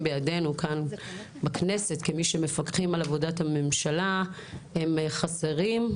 בידינו כאן בכנסת כמי שמפקחים על עבודת הממשלה הם חסרים.